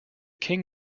king